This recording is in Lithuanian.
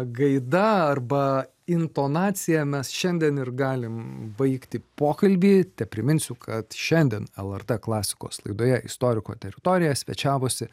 gaida arba intonacija mes šiandien ir galim baigti pokalbį tepriminsiu kad šiandien lrt klasikos laidoje istoriko teritorija svečiavosi